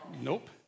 Nope